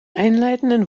einleitenden